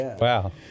wow